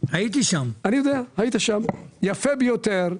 הוא יפה ביותר.